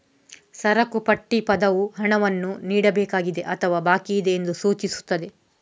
ಸರಕು ಪಟ್ಟಿ ಪದವು ಹಣವನ್ನು ನೀಡಬೇಕಾಗಿದೆ ಅಥವಾ ಬಾಕಿಯಿದೆ ಎಂದು ಸೂಚಿಸುತ್ತದೆ